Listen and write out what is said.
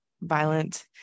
violent